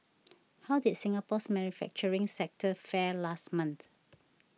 how did Singapore's manufacturing sector fare last month